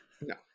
No